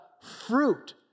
fruit